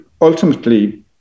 ultimately